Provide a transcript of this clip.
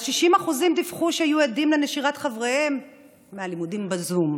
60% דיווחו שהיו עדים לנשירת חבריהם מהלימודים בזום.